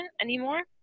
anymore